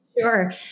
Sure